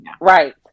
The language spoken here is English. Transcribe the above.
right